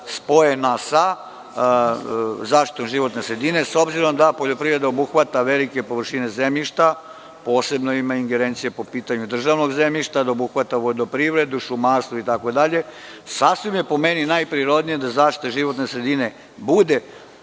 spojena sa zaštitom životne sredine, s obzirom da poljoprivreda obuhvata velike površine zemljišta, posebno ima ingerencije po pitanju državnog zemljišta, obuhvata vodoprivredu, šumarstvo itd. Po meni, sasvim je najprirodnije da zaštita životne sredine bude